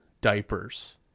diapers